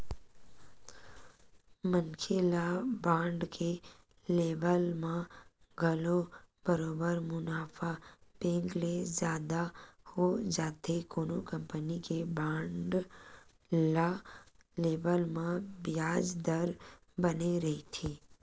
मनखे ल बांड के लेवब म घलो बरोबर मुनाफा बेंक ले जादा हो जाथे कोनो कंपनी के बांड ल लेवब म बियाज दर बने रहिथे